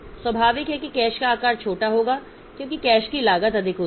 स्वाभाविक है कि कैश का आकार छोटा होगा क्योंकि कैश की लागत अधिक होती है